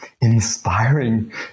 inspiring